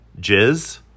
jizz